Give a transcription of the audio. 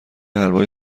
حلوای